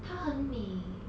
她很美